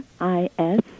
i-s